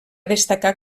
destacar